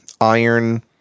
iron